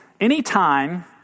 Anytime